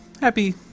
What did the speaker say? happy